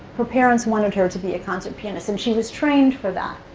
her parents wanted her to be a concert pianist, and she was trained for that.